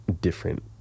different